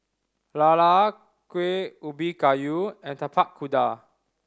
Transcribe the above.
lala Kueh Ubi Kayu and Tapak Kuda